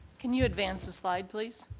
can you advance the slide please?